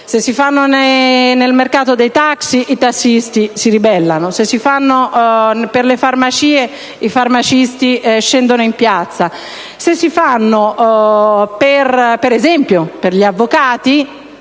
le si attuano nel mercato dei taxi, i tassisti si ribellano; se si fanno per le farmacie, i farmacisti scendono in piazza; se si fanno per esempio per gli avvocati,